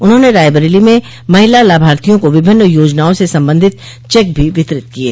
उन्होंने रायबरेली में महिला लाभार्थियों को विभिन्न योजनाओं से संबंधित चेक भी वितरित किये